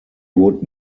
would